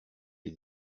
les